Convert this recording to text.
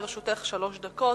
לרשותך שלוש דקות.